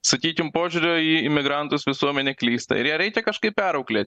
sakykim požiūrio į imigrantus visuomenė klysta ir ją reikia kažkaip perauklėt